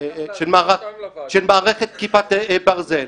מערכת כיפת ברזל.